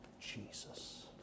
Jesus